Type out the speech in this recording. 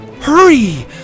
Hurry